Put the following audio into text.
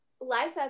life